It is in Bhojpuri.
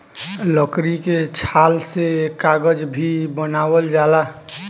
लकड़ी के छाल से कागज भी बनावल जाला